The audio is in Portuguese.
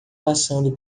passando